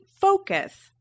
focus